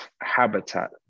habitat